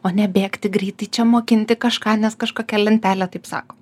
o ne bėgti greitai čia mokinti kažką nes kažkokia lentelė taip sako